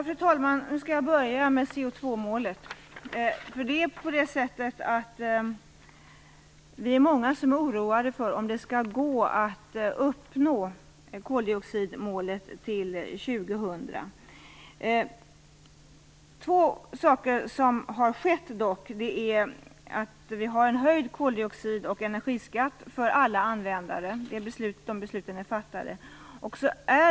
Fru talman! Jag skall börja med koldioxidmålet. Vi är många som är oroade för om det skall gå att uppnå det till år 2000. Det har dock skett två saker. Vi har en höjd koldioxid och energiskatt för alla användare. De besluten är fattade.